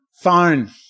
phone